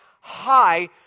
high